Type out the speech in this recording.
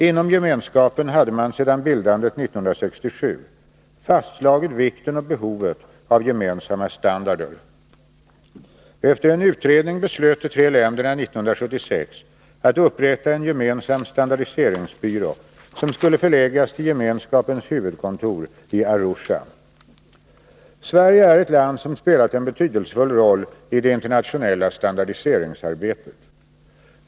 Inom gemenskapen hade man sedan bildandet 1967 fastslagit vikten och behovet av gemensamma standarder. Efter en utredning beslöt de tre länderna 1976 att upprätta en gemensam standardiseringsbyrå som skulle förläggas till gemenskapens huvudkontor i Arusha. Sverige är ett land som spelat en betydelsefull roll i det internationella standardiseringsarbetet.